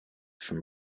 from